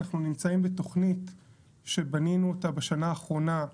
אנחנו נמצאים בתוכנית שבנינו אותה בשנה האחרונה,